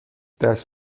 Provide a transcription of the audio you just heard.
دست